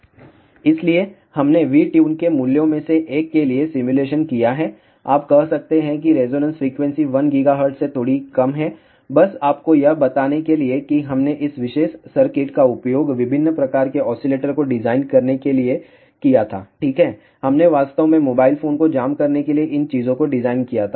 इसलिए हमने V tune के मूल्यों में से एक के लिए सिमुलेशन किया है आप कह सकते हैं कि रेजोनेंस फ्रीक्वेंसी 1 GHz से थोड़ी कम है बस आपको यह बताने के लिए कि हमने इस विशेष सर्किट का उपयोग विभिन्न प्रकार के ऑसिलेटर को डिजाइन करने के लिए किया था ठीक है हमने वास्तव में मोबाइल फोन को जाम करने के लिए इन चीजों को डिजाइन किया था